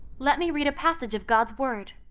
let me read a passage of god's word.